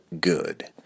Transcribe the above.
good